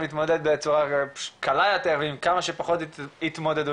להתמודד בצורה קלה יותר ועם כמה שפחות התמודדויות,